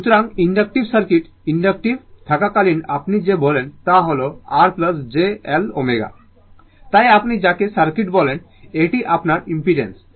সুতরাং inductive circuit inductive থাকাকালীন আপনি যা বলেন তা হল R j L ω তাই আপনি যাকে সার্কিট বলেন এটি আপনার ইমপেডেন্স